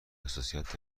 حساسیت